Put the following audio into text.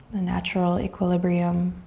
a natural equilibrium,